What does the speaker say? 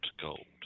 gold